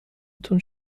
تون